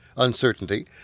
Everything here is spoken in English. uncertainty